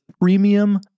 premium